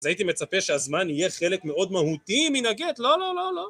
אז הייתי מצפה שהזמן יהיה חלק מאוד מהותי מן הגט, לא, לא, לא, לא.